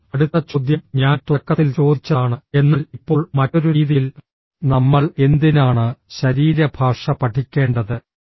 ഇപ്പോൾ അടുത്ത ചോദ്യം ഞാൻ തുടക്കത്തിൽ ചോദിച്ചതാണ് എന്നാൽ ഇപ്പോൾ മറ്റൊരു രീതിയിൽ നമ്മൾ എന്തിനാണ് ശരീരഭാഷ പഠിക്കേണ്ടത്